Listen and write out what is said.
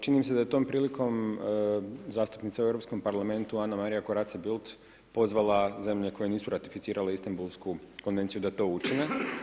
Čini mi se da je tom prilikom zastupnica u Europskom parlamentu Anna Maria Corazze Bildt pozvala zemlje koje nisu ratificirale Istanbulsku konvenciju da to učine.